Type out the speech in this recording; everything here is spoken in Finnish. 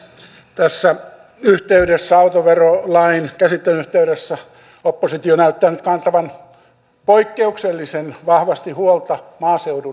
tässä autoverolain käsittelyn yhteydessä oppositio näyttää nyt kantavan poikkeuksellisen vahvasti huolta maaseudun joukkoliikenteestä